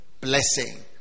blessing